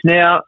Now